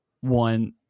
one